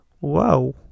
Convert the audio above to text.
Wow